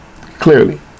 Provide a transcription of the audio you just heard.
clearly